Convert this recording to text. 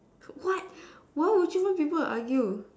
what why would you want people to argue